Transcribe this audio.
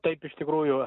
taip iš tikrųjų